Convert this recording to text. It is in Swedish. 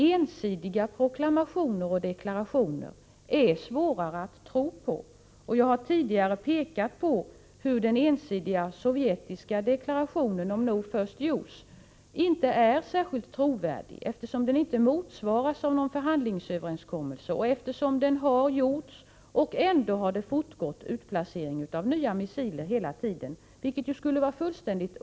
Ensidiga proklamationer och deklarationer är svårare att tro på än sådana som har stöd från många håll, och jag har tidigare pekat på att den ensidiga sovjetiska deklarationen om ”no first use” inte är särskilt trovärdig, eftersom den inte motsvaras av någon förhandlingsöverenskommelse och eftersom, trots denna deklaration, utplacering av nya missiler hela tiden har fortgått.